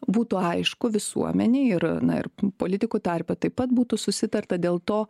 būtų aišku visuomenei ir na ir politikų tarpe taip pat būtų susitarta dėl to